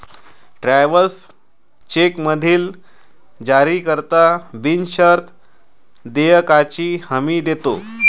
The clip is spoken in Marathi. ट्रॅव्हलर्स चेकमधील जारीकर्ता बिनशर्त देयकाची हमी देतो